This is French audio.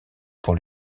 pour